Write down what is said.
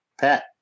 Pat